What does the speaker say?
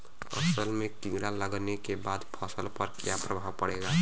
असल में कीड़ा लगने के बाद फसल पर क्या प्रभाव पड़ेगा?